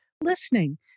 listening